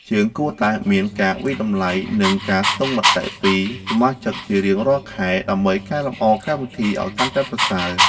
យើងគួរតែមានការវាយតម្លៃ និងការស្ទង់មតិពីសមាជិកជារៀងរាល់ខែ ដើម្បីកែលម្អកម្មវិធីឱ្យកាន់តែប្រសើរ។